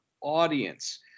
audience